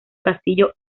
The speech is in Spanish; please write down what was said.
castillo